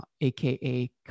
aka